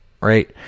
Right